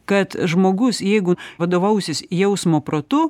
kad žmogus jeigu vadovausis jausmo protu